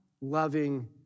loving